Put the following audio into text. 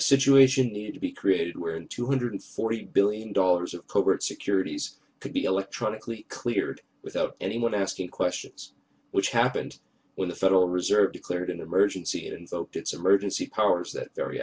situation needed to be created where in two hundred forty billion dollars of covert securities could be electronically cleared without anyone asking questions which happened when the federal reserve declared an emergency and invoked its emergency powers that very